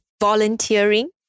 volunteering